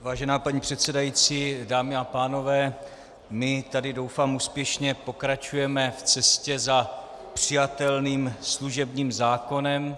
Vážená paní předsedající, dámy a pánové, my tady, doufám, úspěšně pokračujeme v cestě za přijatelným služebním zákonem.